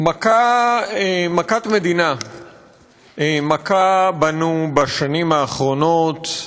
מכת מדינה מכה בנו בשנים האחרונות,